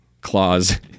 claws